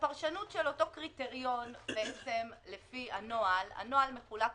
הפרשנות של אותו קריטריון לפי הנוהל הנוהל מחולק